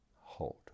Hold